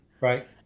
right